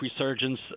resurgence